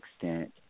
extent